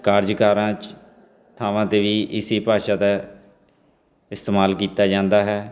ਕਾਰਜਕਾਰਾਂ 'ਚ ਥਾਵਾਂ 'ਤੇ ਵੀ ਇਸ ਭਾਸ਼ਾ ਦਾ ਇਸਤੇਮਾਲ ਕੀਤਾ ਜਾਂਦਾ ਹੈ